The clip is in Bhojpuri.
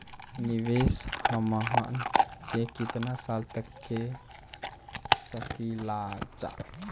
निवेश हमहन के कितना साल तक के सकीलाजा?